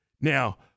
Now